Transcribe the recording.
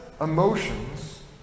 emotions